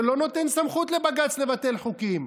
זה לא נותן סמכות לבג"ץ לבטל חוקים.